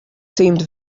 seemed